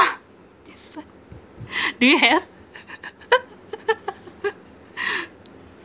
this one do you have